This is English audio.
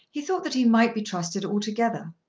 he thought that he might be trusted altogether.